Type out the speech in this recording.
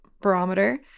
barometer